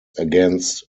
against